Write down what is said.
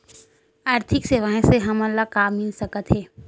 आर्थिक सेवाएं से हमन ला का मिल सकत हे?